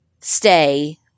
stay